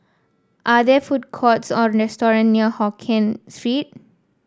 are there food courts or restaurant near Hokien Street